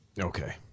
okay